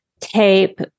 Tape